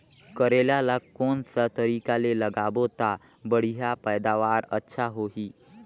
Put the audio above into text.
करेला ला कोन सा तरीका ले लगाबो ता बढ़िया पैदावार अच्छा होही?